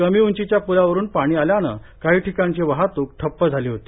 कमी उंचीच्या प्लावर पाणी आल्यानं काही ठिकाणची वाहत्क ठप्प झाली होती